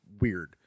weird